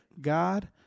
God